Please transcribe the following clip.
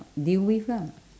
deal with lah